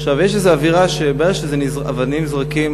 עכשיו יש איזו אווירה שהבעיה שאבנים נזרקות